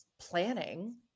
planning